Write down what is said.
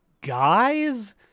guys